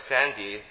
Sandy